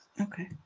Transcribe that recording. Okay